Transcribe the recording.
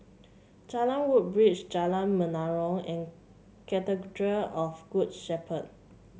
Jalan Woodbridge Jalan Menarong and of Good Shepherd